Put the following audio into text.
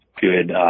good